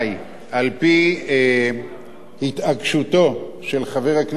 על-פי התעקשותו של חבר הכנסת שי חרמש,